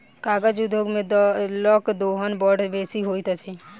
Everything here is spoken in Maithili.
कागज उद्योग मे जलक दोहन बड़ बेसी होइत छै